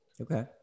Okay